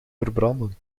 verbranden